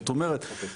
זאת אומרת,